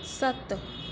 सत्त